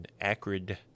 acrid